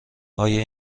آیا